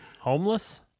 Homeless